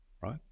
right